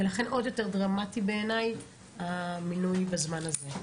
לכן עוד יותר דרמטי בעיניי המינוי בזמן הזה.